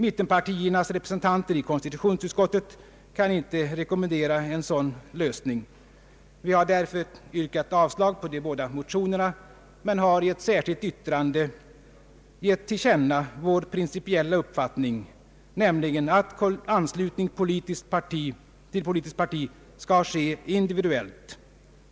Mittenpartiernas representanter i konstitutionsutskottet kan inte rekommendera en sådan lösning. Vi har därför yrkat avslag på de båda motionerna men har i ett särskilt yttrande gett till känna vår principiella uppfattning, nämligen att anslutning till politiskt parti skall ske individuellt.